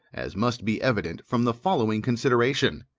as must be evident from the following consideration.